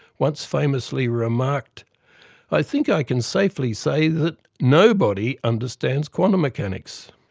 once famously remarked i think i can safely say that nobody understands quantum mechanics.